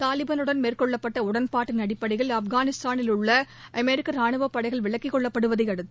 தாலிபானுடன் மேற்கொள்ளப்பட்ட உடன்பாட்டின் அடிப்படையில் ஆப்கானிஸ்தானில் உள்ள அமெரிக்க ராணுவப் படைகள் விலக்கிக் கொள்ளப்படுவதை அடுத்து